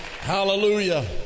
Hallelujah